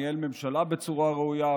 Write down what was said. ניהל ממשלה בצורה ראויה,